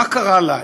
מה קרה לה?